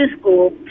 school